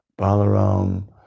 Balaram